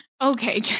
okay